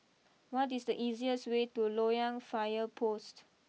what is the easiest way to Loyang fire post